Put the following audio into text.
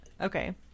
Okay